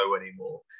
anymore